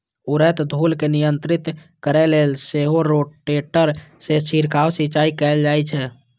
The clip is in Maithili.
उड़ैत धूल कें नियंत्रित करै लेल सेहो रोटेटर सं छिड़काव सिंचाइ कैल जाइ छै